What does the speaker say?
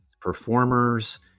performers